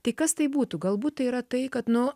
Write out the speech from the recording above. tai kas tai būtų galbūt yra tai kad nu